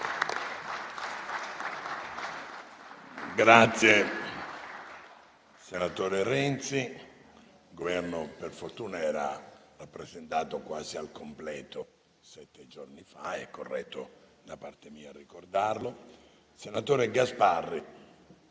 Senatore Renzi, il Governo per fortuna era rappresentato quasi al completo sette giorni fa. È corretto da parte mia ricordarlo.